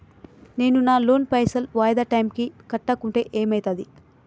నేను నా లోన్ పైసల్ వాయిదా టైం కి కట్టకుంటే ఏమైతది?